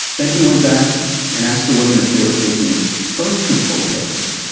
then he went back and asked the women if they were taking birth control pills.